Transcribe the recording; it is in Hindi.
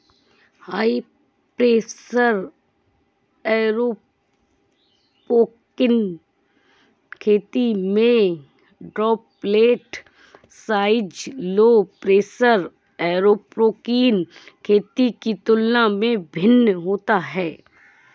हाई प्रेशर एयरोपोनिक खेती में droplet size low pressure aeroponic खेती के तुलना में भिन्न होता है